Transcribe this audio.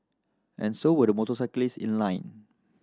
and so were the motorcyclist in line